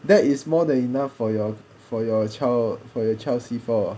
that is more than enough for your for your child for your child C four